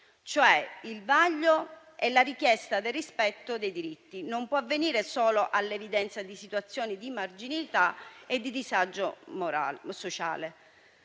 cioè il vaglio e la richiesta del rispetto dei diritti che non può avvenire solo all'evidenza di situazioni di marginalità e di disagio sociale,